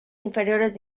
inferiores